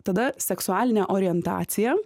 tada seksualinė orientacija